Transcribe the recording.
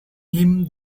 him